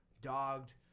dogged